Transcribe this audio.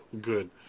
Good